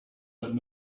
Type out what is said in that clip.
but